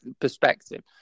perspective